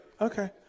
Okay